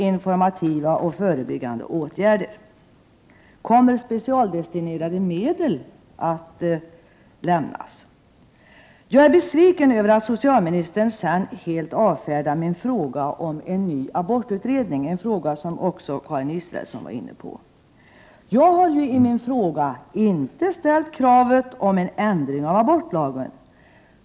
Jag är besviken över att socialministern helt avfärdar min fråga om en ny abortutredning — en fråga som också Karin Israelsson var inne på. Jag har i min fråga inte ställt kravet om en ändring av abortlagen.